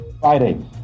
Friday